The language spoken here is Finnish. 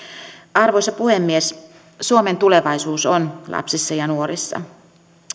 arvoisa puhemies suomen tulevaisuus on lapsissa ja nuorissa